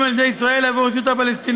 על ידי ישראל עבור הרשות הפלסטינית